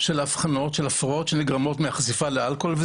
כי אנחנו לא יודעים איזו כמות אלכוהול עושה נזק.